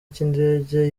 cy’indege